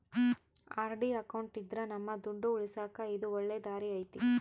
RD account ಇದ್ರ ನಮ್ ದುಡ್ಡು ಉಳಿಸಕ ಇದು ಒಳ್ಳೆ ದಾರಿ ಐತಿ